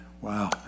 Wow